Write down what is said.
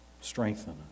strengthen